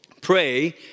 pray